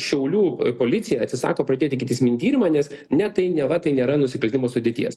šiaulių policija atsisako pradėt ikiteisminį tyrimą nes ne tai neva tai nėra nusikaltimo sudėties